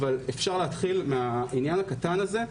אבל אפשר להתחיל מהעניין הקטן הזה: